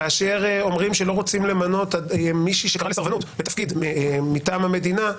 כאשר אומרים שלא רוצים למנות מישהי שקראה לסרבנות לתפקיד מטעם המדינה,